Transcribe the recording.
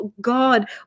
God